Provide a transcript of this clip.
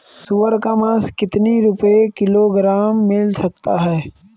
सुअर का मांस कितनी रुपय किलोग्राम मिल सकता है?